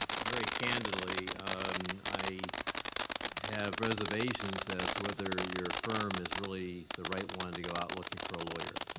very candidly i have reservations as whether your firm is really the right one to go out looking for lawyer.